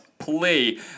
play